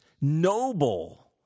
noble